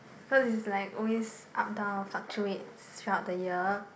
cause is like always up down fluctuate throughout the year